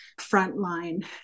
frontline